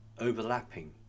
overlapping